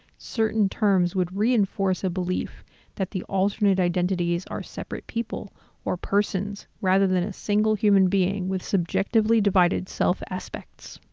certain terms would reinforce a belief that the alternate identities are separate people or persons rather than a single human being with subjectively divided self aspects.